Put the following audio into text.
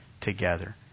together